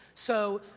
so,